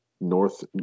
North